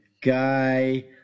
guy